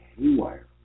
haywire